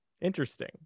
Interesting